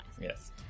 yes